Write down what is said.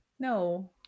No